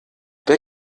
wer